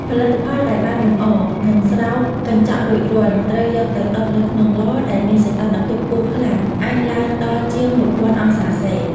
ផលិតផលដែលបានលម្អ និងស្រោបកញ្ចក់រួចរាល់ នឹងត្រូវយកទៅ ដុតនៅក្នុងឡ ដែលមានសីតុណ្ហភាពខ្ពស់ខ្លាំង អាចឡើងដល់ជាង ១០០០ អង្សាសេ។